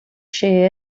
she